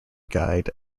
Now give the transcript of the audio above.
guide